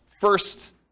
first